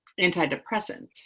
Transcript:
antidepressants